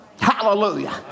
Hallelujah